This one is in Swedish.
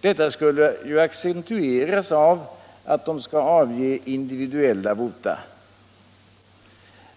Detta skulle accentueras av att de skall avge individuella vota.